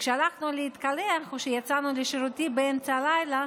כשהלכנו להתקלח או כשיצאנו לשירותים באמצע הלילה,